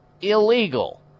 illegal